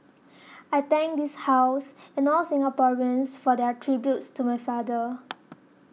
I thank this House and all Singaporeans for their tributes to my father